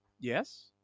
Yes